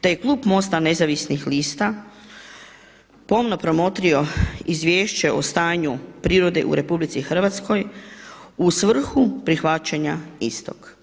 Te je klub MOST-a Nezavisnih lista pomno promotrio Izvješće o stanju prirode u RH u svrhu prihvaćanja istog.